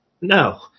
no